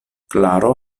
klaro